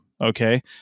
okay